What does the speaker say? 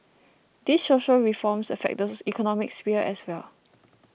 these social reforms affect those economic sphere as well